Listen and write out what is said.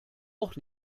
auch